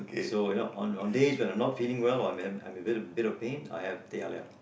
so you know on on days when I'm not feeling well or when I'm I'm in a bit of pain I have teh-halia